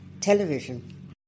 television